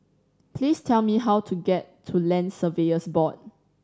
please tell me how to get to Land Surveyors Board